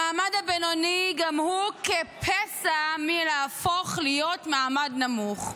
המעמד הבינוני גם הוא כפסע מלהפוך להיות מעמד נמוך.